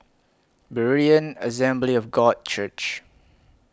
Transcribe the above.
Berean Assembly of God Church